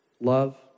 love